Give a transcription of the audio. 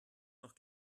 noch